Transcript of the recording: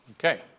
Okay